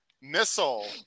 Missile